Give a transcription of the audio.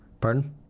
Pardon